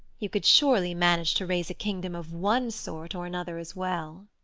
you could surely manage to raise a kingdom of one sort or another as well.